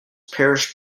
perished